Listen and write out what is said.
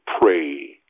pray